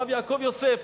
הרב יעקב יוסף,